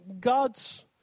God's